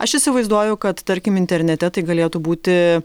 aš įsivaizduoju kad tarkim internete tai galėtų būti